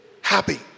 happy